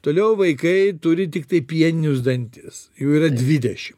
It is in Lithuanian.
toliau vaikai turi tiktai pieninius dantis jų yra dvidešim